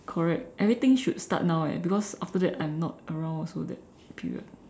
correct everything should start now eh because after that I'm not around also that period